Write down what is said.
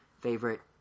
favorite